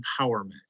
empowerment